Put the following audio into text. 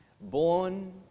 Born